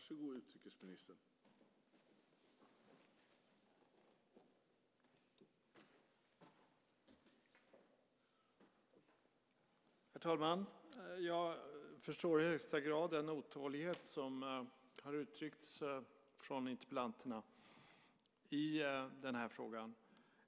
Herr talman! Jag förstår i högsta grad den otålighet som har uttryckts från interpellanterna i den här frågan.